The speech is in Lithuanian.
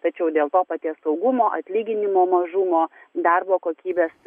tačiau dėl to paties saugumo atlyginimo mažumo darbo kokybės